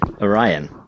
Orion